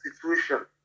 situation